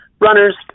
Runners